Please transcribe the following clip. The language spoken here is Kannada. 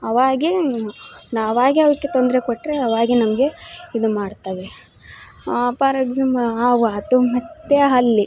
ಅವಾಗೇ ನಾವಾಗೇ ಅವುಕ್ಕೆ ತೊಂದರೆ ಕೊಟ್ಟರೆ ಅವಾಗೇ ನಮಗೆ ಇದು ಮಾಡ್ತವೆ ಫಾರ್ ಎಕ್ಸಾಂಪ್ ಹಾವು ಆತು ಮತ್ತು ಹಲ್ಲಿ